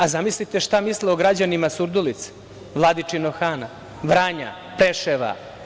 A, zamislite šta misle o građanima Surdulice, Vladičinog Hana, Vranja, Preševa?